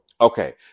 Okay